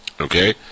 Okay